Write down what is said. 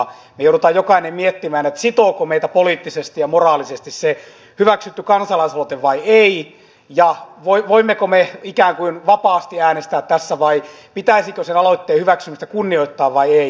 me joudumme jokainen miettimään sitooko meitä poliittisesti ja moraalisesti se hyväksytty kansalaisaloite vai ei ja voimmeko me ikään kuin vapaasti äänestää tässä vai pitäisikö sen aloitteen hyväksymistä kunnioittaa vai ei